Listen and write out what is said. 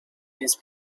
his